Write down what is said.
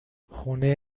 خونه